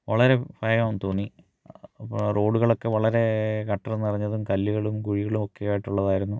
വളരെ ഭയം തോന്നി അപ്പം ആ റോഡുകളൊക്കെ വളരെ ഗട്ടർ നിറഞ്ഞതും കല്ലുകളും കുഴികളുമൊക്കെ ആയിട്ടുള്ളതായിരുന്നു